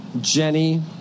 Jenny